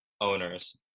owners